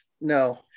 no